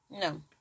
No